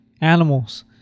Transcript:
animals